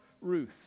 Ruth